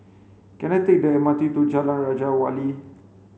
can I take the M R T to Jalan Raja Wali